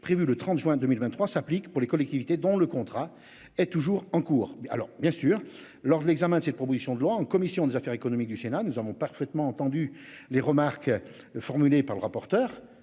prévu le 30 juin 2023 s'applique pour les collectivités, dont le contrat est toujours en cours. Alors bien sûr, lors de l'examen de cette proposition de loi en commission des affaires économiques du Sénat, nous avons parfaitement entendu les remarques. Formulées par le rapporteur